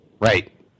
Right